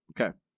Okay